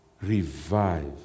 revive